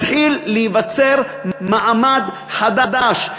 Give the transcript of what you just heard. מתחיל להיווצר מעמד חדש,